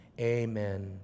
Amen